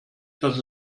dass